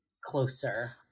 closer